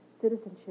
citizenship